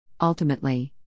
ultimately